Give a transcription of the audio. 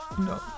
No